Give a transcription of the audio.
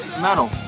metal